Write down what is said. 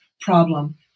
problem